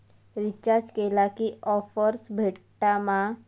Recharge केला की offers भेटात मा?